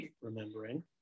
remembering